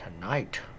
Tonight